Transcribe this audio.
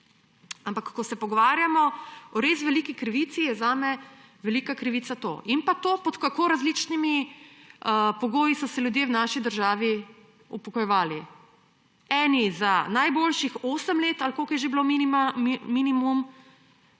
Ampak ko se pogovarjamo o res veliki krivici, je zame velika krivica to. In to, pod kako različnimi pogoji so se ljudje v naši državi upokojevali. Eni za najboljših osem let ali koliko je že bil minimum,